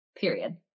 period